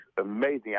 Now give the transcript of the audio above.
amazing